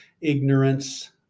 ignorance